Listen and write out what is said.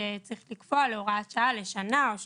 שצריך לקבוע את זה כהוראת שעה לשנה או שנתיים.